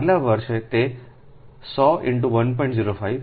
આગલા વર્ષે તે 100 1